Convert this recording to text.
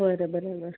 बरं बरं बरं